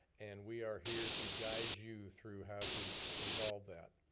and we are here to guide you through how to resolve that.